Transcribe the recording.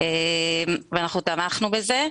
ואנחנו תמכנו בזה.